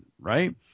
Right